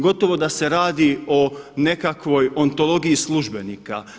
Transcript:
Gotovo da se radi o nekakvoj ontologiji službenika.